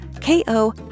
ko